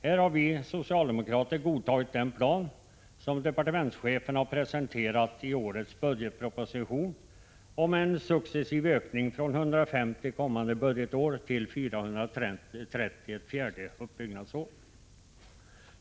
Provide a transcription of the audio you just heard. Där har vi socialdemokrater godtagit den plan som departementschefen har presenterat i årets budgetproposition om en successiv ökning från 150 elever kommande budgetår till 430 ett fjärde uppbyggnadsår.